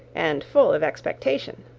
and full of expectation.